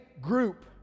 group